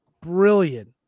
Brilliant